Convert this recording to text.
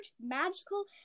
magical